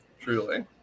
truly